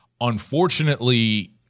Unfortunately